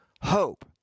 hope